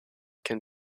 can